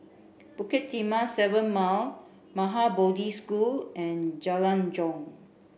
Bukit Timah Seven Mile Maha Bodhi School and Jalan Jong